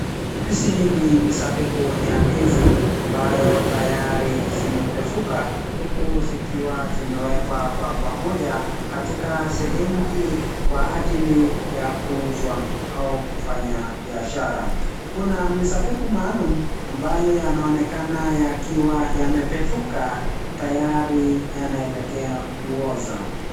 Hizi ni mizabibu ya ndizi ambayo tayari zimepevuka huku zikiwa zimewekwa kwa pamoja katika sehemu hii kwa ajili ya kuuzwa ama kufanya biashara. Kuna mizabibu maalum ambayo yanaonekana yakiwa yakiwa yamepevuka tayari yanaelekea kuoza.